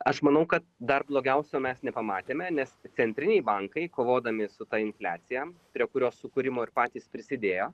aš manau kad dar blogiausio mes nepamatėme nes centriniai bankai kovodami su ta infliacija prie kurios sukūrimo ir patys prisidėjo